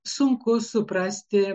sunku suprasti